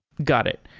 got it.